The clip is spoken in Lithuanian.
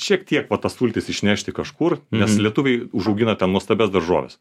šiek tiek va tas sultis išnešti kažkur nes lietuviai užaugina ten nuostabias daržoves